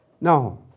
No